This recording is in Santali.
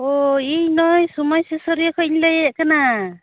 ᱚᱻ ᱤᱧ ᱱᱚᱜᱼᱚᱭ ᱥᱚᱢᱟᱡᱽ ᱥᱩᱥᱟᱹᱨᱤᱭᱟᱹ ᱠᱷᱚᱱᱤᱧ ᱞᱟᱹᱭᱮᱫ ᱠᱟᱱᱟ